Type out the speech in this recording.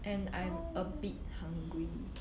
and I'm a bit hungry